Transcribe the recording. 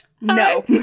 No